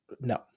No